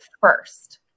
first